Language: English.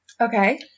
Okay